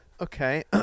Okay